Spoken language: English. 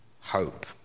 Hope